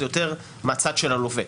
אלא זה יותר מהצד של הלווה.